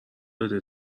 بده